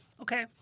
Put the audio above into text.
okay